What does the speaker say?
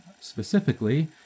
Specifically